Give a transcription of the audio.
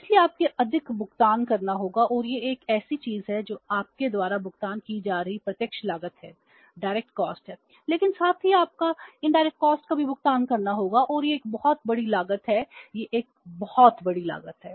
इसलिए आपको अधिक भुगतान करना होगा और यह एक ऐसी चीज है जो आपके द्वारा भुगतान की जा रही प्रत्यक्ष लागत है लेकिन साथ ही आपको इनडायरेक्ट कॉस्ट का भी भुगतान करना होगा और यह एक बहुत बड़ी लागत है यह एक बहुत बड़ी लागत है